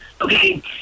Okay